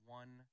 one